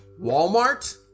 Walmart